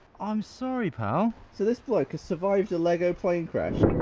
i'm sorry pal! so this bloke has survived a lego plane crash.